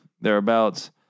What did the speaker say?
thereabouts